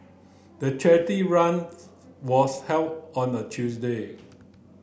the charity run was held on a Tuesday